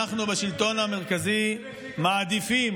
אנחנו בשלטון המרכזי מעדיפים,